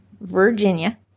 Virginia